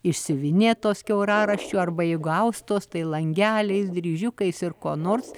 išsiuvinėtos kiauraraščiu arba jeigu austos tai langeliais dryžiukais ir ko nors